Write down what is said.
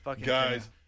guys